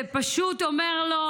ופשוט אומר לו,